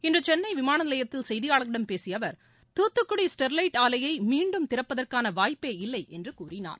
இன்று சென்னை விமான நிலையத்தில் செய்தியாளர்களிடம் பேசிய அவர் தூத்துக்குடி ஸ்டெர்வைட் ஆலையை மீண்டும் திறப்பதற்கான வாய்ப்பே இல்லை என்று கூறினார்